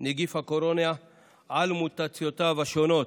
נגיף הקורונה על מוטציותיו השונות.